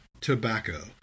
tobacco